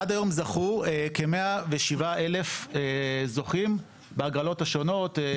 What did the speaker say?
עד היום זכו כ-107,000 זוכים בהגרלות השונות,